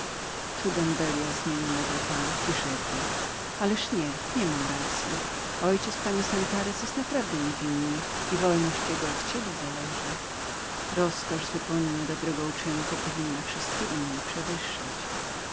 don beliatbelial zmienił nagle naglenagle kierunek rozmowy i rzekł ale może że masz słuszność ojciec pani santarez jest niewinnym i wolność jego od ciebie zależy rozkosz z wypełnienia dobrego uczynku powinna wszystkie inne przewyższać